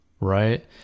right